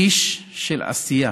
איש של עשייה,